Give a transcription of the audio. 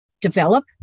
develop